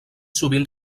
sovint